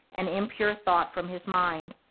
and impure thought from his mind,